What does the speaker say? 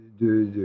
de